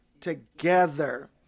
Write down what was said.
together